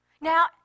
now